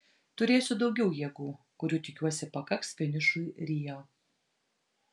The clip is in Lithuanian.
turėsiu daugiau jėgų kurių tikiuosi pakaks finišui rio